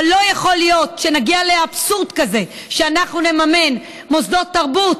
אבל לא יכול להיות שנגיע לאבסורד כזה שאנחנו נממן מוסדות תרבות